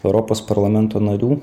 europos parlamento narių